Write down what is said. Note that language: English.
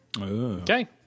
Okay